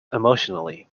emotionally